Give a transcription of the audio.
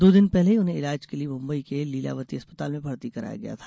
दो दिन पहले ही उन्हें इलाज के लिये मुम्बई के लिलावती अस्पताल में भर्ती कराया गया था